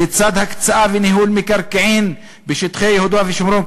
לצד הקצאה וניהול מקרקעין בשטחי יהודה ושומרון"